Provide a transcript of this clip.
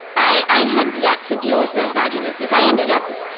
i, i had yet to deal with the vaginismus. i ended up,